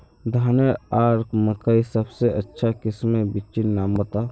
धानेर आर मकई सबसे अच्छा किस्मेर बिच्चिर नाम बता?